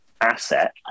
asset